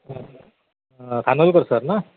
Khanolkar sir न